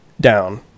down